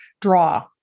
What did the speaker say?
draw